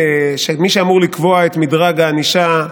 ושמי שאמור לקבוע את מדרג הענישה,